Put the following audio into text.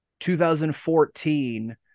2014